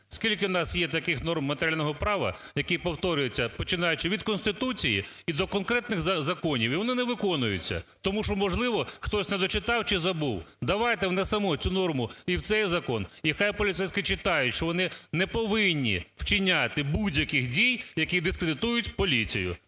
Скільки в нас є таких норм матеріального права, які повторюються, починаючи від Конституції і до конкретних законів, і вони не виконуються, тому що, можливо, хтось не дочитав чи забув? Давайте внесемо цю норму і в цей закон і хай поліцейські читають, що вони не повинні вчиняти будь-яких дій, які дискредитують поліцію.